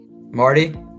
Marty